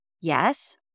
yes